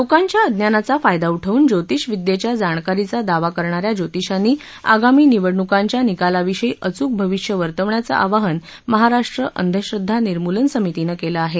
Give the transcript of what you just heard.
लोकांच्या अज्ञानाचा फायदा उठवून ज्योतिषविद्येच्या जाणकारीचा दावा करणाऱ्याया ज्योतिषांनी आगामी निवडणूकांच्या निकालाविषयी अचूक भाविष्य वर्तवण्याचं आवाहन महाराष्ट्र अंधश्रद्वा निर्मूलन समितीनं केलं आहे